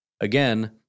Again